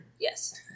Yes